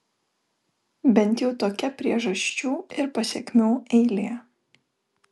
bent jau tokia priežasčių ir pasekmių eilė